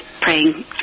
praying